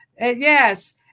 Yes